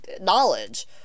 knowledge